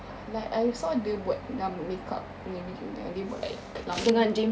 like I saw dia buat yang makeup punya video yang dia buat like clown